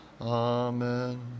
Amen